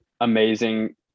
amazing